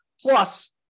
Plus